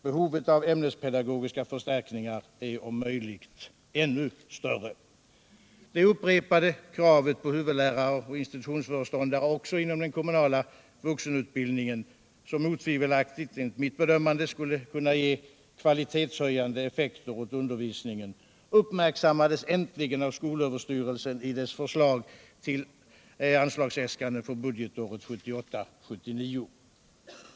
Behovet av ämnespedagogiska förstärkningar är om möjligt ännu större. den kommunala vuxenutbildningen, som enligt mitt bedömande otvivelaktigt skulle kunna ha kvalitetshöjande effekter på undervisningen, uppmärksammades äntligen av skolöverstyrelsen i dess anslagsäskande för budgetåret 1978/79.